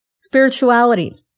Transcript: spirituality